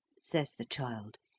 says the child,